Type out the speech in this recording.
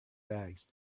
bags